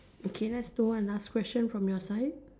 okay that's the one last question from your side